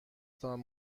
تان